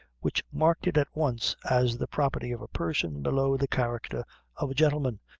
which marked it at once as the property of a person below the character of a gentleman.